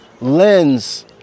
lens